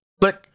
click